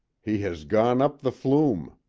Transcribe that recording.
he has gone up the flume.